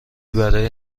برای